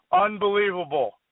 Unbelievable